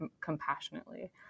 compassionately